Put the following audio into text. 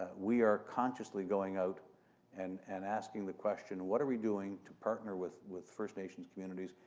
ah we are consciously going out and and asking the question, what are we doing to partner with with first nations communities?